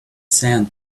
sand